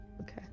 Okay